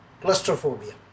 claustrophobia